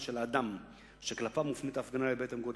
של האדם שכלפיו מופנית ההפגנה ליד בית-מגורים,